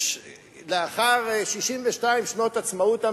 לאחר 62 שנות עצמאות המדינה,